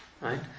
Right